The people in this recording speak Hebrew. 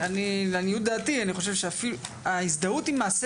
לעניות דעתי אני חושב שההזדהות עם מעשה